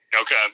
Okay